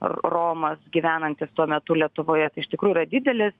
romas gyvenantys tuo metu lietuvoje tai iš tikrųjų yra didelis